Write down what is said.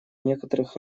некоторых